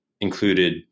included